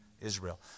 Israel